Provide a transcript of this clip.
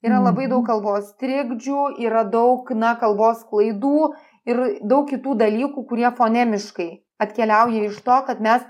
yra labai daug kalbos trikdžių yra daug na kalbos klaidų ir daug kitų dalykų kurie fonemiškai atkeliauja iš to kad mes